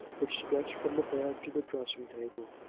which stretched from the bed to the dressing-table,